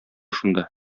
шунда